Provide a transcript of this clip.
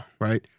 Right